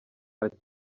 ati